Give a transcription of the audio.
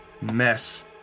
mess